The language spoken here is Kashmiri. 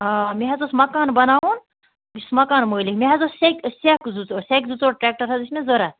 آ مےٚ حظ اوس مَکان بَناوُن بہٕ چھُس مَکان مٲلِک مےٚ حظ ٲسۍ سٮ۪کہِ سٮ۪کھ زٕ ژور سٮ۪کہِ زٕ ژور ٹرٛٮ۪کٹَر حظ ٲسۍ مےٚ ضروٗرت